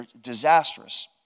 disastrous